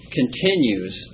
continues